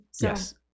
Yes